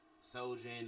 soldier